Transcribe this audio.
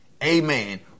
amen